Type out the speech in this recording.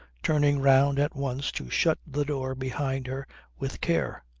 turning round at once to shut the door behind her with care.